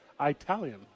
Italian